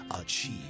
achieve